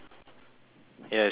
ya it's pretty nice